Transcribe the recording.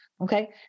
okay